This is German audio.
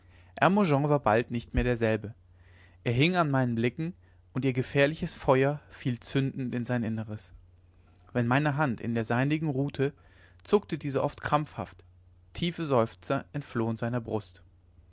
hermogen war bald nicht mehr derselbe er hing an meinen blicken und ihr gefährliches feuer fiel zündend in sein inneres wenn meine hand in der seinigen ruhte zuckte diese oft krampfhaft tiefe seufzer entflohen seiner brust